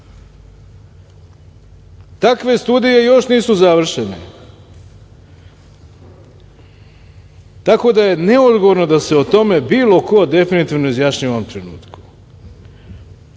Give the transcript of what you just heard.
Takve studije još nisu završene. Tako da je neodgovorno da se o tome bilo ko definitivno izjašnjava u ovom trenutku.